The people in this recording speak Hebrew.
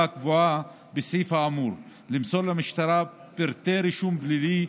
הקבועה בסעיף האמור למסור למשטרה פרטי רישום פלילי,